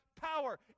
power